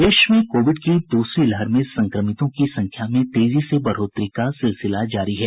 प्रदेश में कोविड की दूसरी लहर में संक्रमितों की संख्या में तेजी से बढ़ोतरी का सिलसिला जारी है